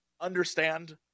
understand